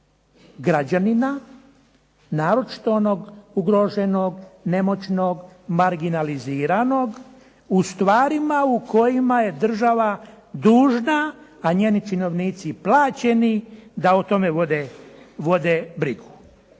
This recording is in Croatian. građanina, naročito onog ugroženog, nemoćnog, marginaliziranog, u stvarima u kojima je država dužna, a njeni činovnici plaćeni da o tome vode brigu.